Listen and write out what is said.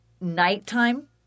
nighttime